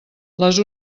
les